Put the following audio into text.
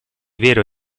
vero